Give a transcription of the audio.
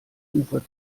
ufer